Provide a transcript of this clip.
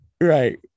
right